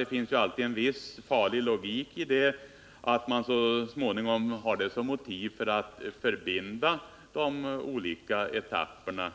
Det finns alltid en viss farlig logik i det — så småningom har man då motiv för att binda samman de olika etapperna.